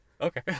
Okay